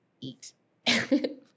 Eat